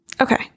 Okay